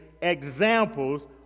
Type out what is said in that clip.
examples